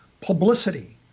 publicity